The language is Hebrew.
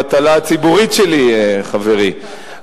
מיחזור זה המטלה הציבורית שלי, חברי,